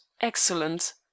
excellent